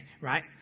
right